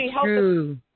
true